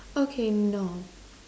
okay no